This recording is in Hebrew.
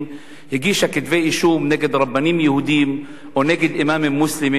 הגישה כתבי אישום נגד רבנים יהודים או נגיד אימאמים מוסלמים